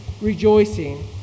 rejoicing